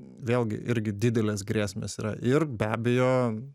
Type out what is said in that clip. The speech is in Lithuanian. vėlgi irgi didelės grėsmės yra ir be abejo